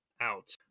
out